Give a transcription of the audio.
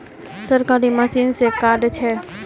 सरकारी मशीन से कार्ड छै?